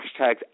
hashtags